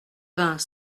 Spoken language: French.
vingts